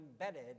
embedded